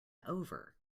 over